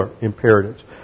imperatives